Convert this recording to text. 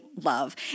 love